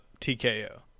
tko